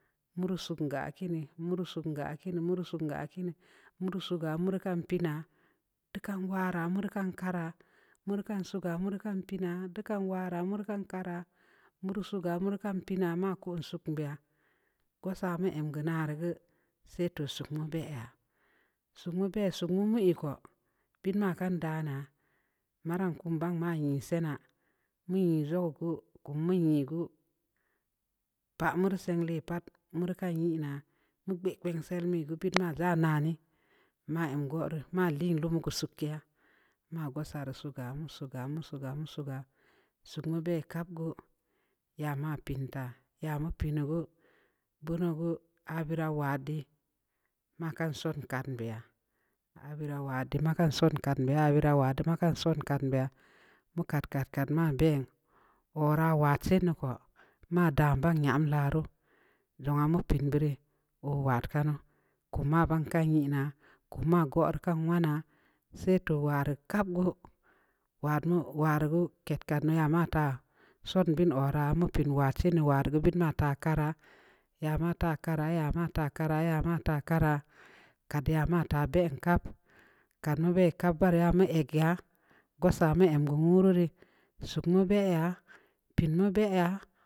Mursuun ga kii nii-mur suunga kii nii-mur suun ga kii nii-mur suuga mur kan pii na de kan gwara mur kankara mur kan suuga mur kan pii na de kan gwar mur kan pii na mur kan suuga mur kan pii na mako su mbeya ku sa gue en gue na'a ru gue sai toh suu iin bə ya'a suunu bəa suunu ii ko bii ma kan dana'a maran kum ban ma yən suuna nii e roko kumu yəa gue pa'a mur sii lii pat mur kan yii na nu gbe gbe sirr na gue piit ma na nii ma ngure ma ma lii lungue suut kii ya'a ma gue sari suuga-suuga-suuga suuna bə kap gue ya ma piim tar ya mu pii nugue a bera wade makan suun kan beya'a ma bero wade makan suun kan beya'a mu kat-kat-kat ma bə ora wa sii nin ko ma da banyam laru'u njua amu piin bərre ɔwat kannu kuma gban kan ye na'a kuma gue urr kan wa'ana sai toh waru kap guo wanu warugue keet kan nu ya mata'a suut bəin ora mu piin watsinii warugue mata kara ya mata kara-ya mata kara-ya mata kara kat ya mata bem kap kat mu’ bə kap ba ra mu e gueya guusa mu engue ro rea suunu bə ya pennu bə ya.